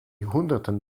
hunderten